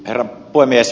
herra puhemies